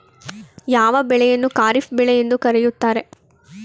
ಯಾವ ಬೆಳೆಯನ್ನು ಖಾರಿಫ್ ಬೆಳೆ ಎಂದು ಕರೆಯುತ್ತಾರೆ?